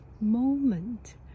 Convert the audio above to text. moment